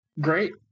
Great